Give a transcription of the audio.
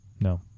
No